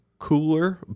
cooler